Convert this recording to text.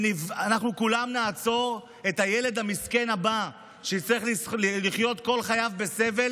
ואז אנחנו כולנו נעצור את הילד המסכן הבא שיצטרך לחיות כל חייו בסבל,